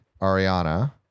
ariana